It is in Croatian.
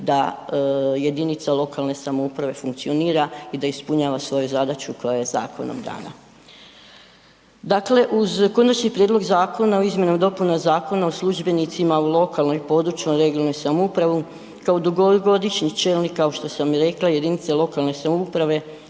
da jedinica lokalne samouprave funkcionira i da ispunjava svoju zadaću koja je zakonom dana. Dakle uz Konačni prijedlog Zakona o izmjenama i dopunama Zakona o službenicima u lokalnoj i područnoj (regionalnoj) samoupravi kao dugogodišnji čelnik kao što sam i rekla jedinice lokalne samouprave